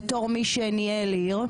בתור מי שניהל עיר.